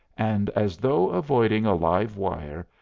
and as though avoiding a live wire,